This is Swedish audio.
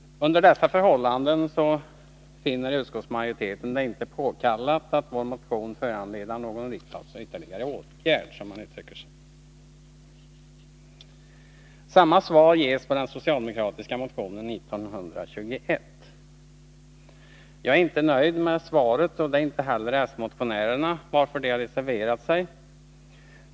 Under dessa förhållanden finner utskottsmajoriteten det inte påkallat att vår motion föranleder någon riksdagens ytterligare åtgärd, som man uttrycker sig. Samma ståndpunkt anförs när det gäller den socialdemokratiska motionen 1921. Jag är inte nöjd med utskottets ställningstagande, och det är inte heller s-motionärerna, varför de har reserverat sig.